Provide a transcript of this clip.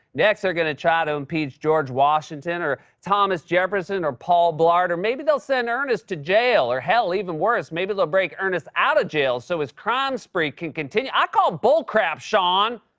next, they're gonna try to impeach george washington or thomas jefferson or paul blart, or maybe they'll send ernest to jail. or, hell, even worse, maybe they'll break ernest out of jail so his crime spree can continue. i call bull crap, sean.